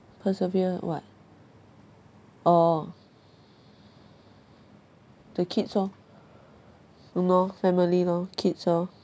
persevere what orh the kids orh family lor kids orh